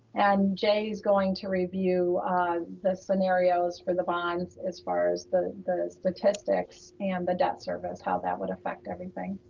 and jay's going to review the scenarios for the bonds, as far as the the statistics and the debt service, how that would affect everything.